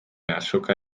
azoka